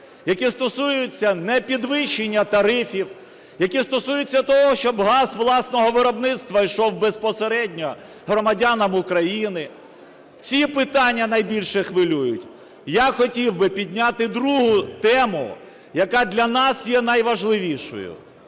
які стосуються непідвищення тарифів, які стосуються того, щоб газ власного виробництва йшов безпосередньо громадянам України. Ці питання найбільше хвилюють. Я хотів би підняти другу тему, яка для нас є найважливішою.